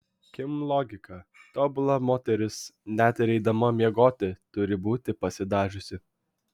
kim logika tobula moteris net ir eidama miegoti turi būti pasidažiusi